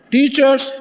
teachers